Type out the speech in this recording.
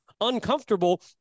uncomfortable